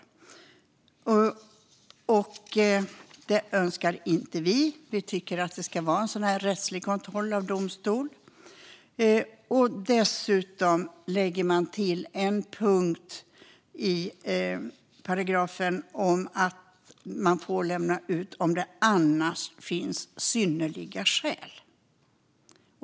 Det önskar inte vi, utan vi tycker att det ska ske en rättslig kontroll i domstol. Dessutom lägger man till en punkt i paragrafen, nämligen att utlämning ska kunna tillåtas om det finns synnerliga skäl.